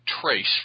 trace